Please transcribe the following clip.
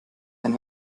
ein